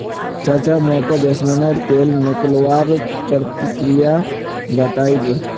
चाचा मोको जैस्मिनेर तेल निकलवार प्रक्रिया बतइ दे